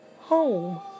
home